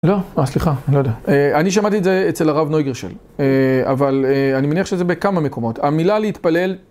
לא? אה, סליחה, אני לא יודע. אני שמעתי את זה אצל הרב נויגרשל. אבל אני מניח שזה בכמה מקומות. המילה להתפלל...